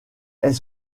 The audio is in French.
est